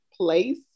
place